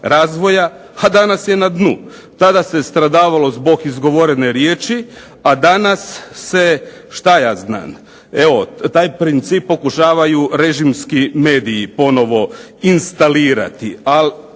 razvoja, a danas je na dnu. Tada se stradavalo zbog izgovorene riječi, a danas se šta ja znam evo taj princip pokušavaju režimski mediji ponovno instalirati. Ali